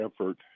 effort